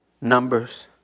numbers